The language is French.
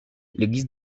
l’église